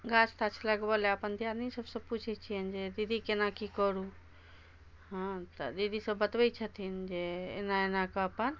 गाछ ताछ लगबै लए अपन दियादनी सबसँ पुछै छियनि जे दीदी केना की करू हँ तऽ दीदी सब बतबै छथिन जे एना एना कऽ अपन